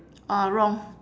orh wrong